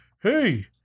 Hey